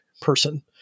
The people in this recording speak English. person